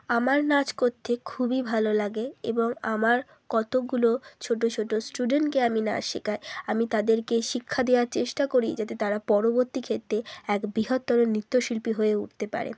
আমার নাচ করতে খুবই ভালো লাগে এবং আমার কতকগুলো ছোটো ছোটো স্টুডেন্টকে আমি নাচ শেখাই আমি তাদেরকে শিক্ষা দেওয়ার চেষ্টা করি যাতে তারা পরবর্তী ক্ষেত্রে এক বৃহত্তর নৃত্য শিল্পী হয়ে উঠতে পারে